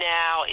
now